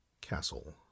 Castle